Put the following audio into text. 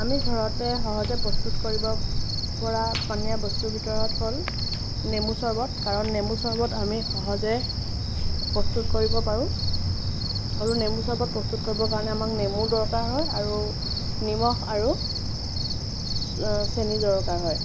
আমি ঘৰতে সহজে প্ৰস্তুত কৰিব পৰা পনীয়া বস্তুৰ ভিতৰত হ'ল নেমু চৰ্বতকাৰণ নেমু চৰ্বত আমি সহজে প্ৰস্তুত কৰিব পাৰোঁ আৰু নেমু চৰ্বত প্ৰস্তুত কৰিব কাৰণে আমাক নেমুৰ দৰকাৰ হৈ আৰু নিমখ আৰু চেনি দৰকাৰ হয়